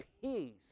peace